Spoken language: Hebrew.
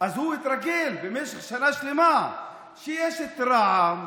הוא התרגל במשך שנה שלמה שיש את רע"מ,